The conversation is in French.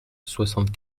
soixante